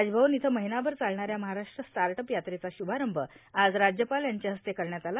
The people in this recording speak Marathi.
राजभवन इथं महिनाभर चालणाऱ्या महाराष्ट्र स्टार्टअप यात्रेचा श्रभारंभ आज राज्यपाल यांच्या हस्ते करण्यात आला